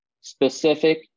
specific